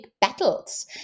battles